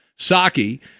Saki